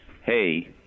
hey